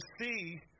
see